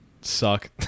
suck